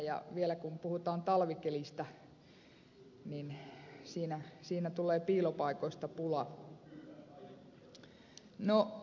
ja vielä kun puhutaan talvikelistä siinä tulee piilopaikoista pula